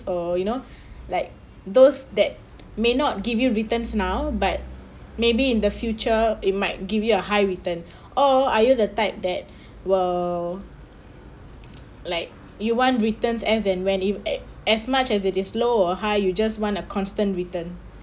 so you know like those that may not give you returns now but maybe in the future it might give you a high return or are you the type that will like you want returns as and when it at as much as it is low or high you just want a constant return